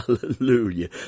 Hallelujah